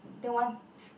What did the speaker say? then once